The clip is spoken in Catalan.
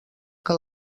que